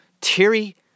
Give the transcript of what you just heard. Terry